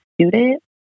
student